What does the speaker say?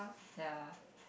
ya